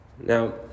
Now